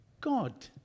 God